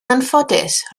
anffodus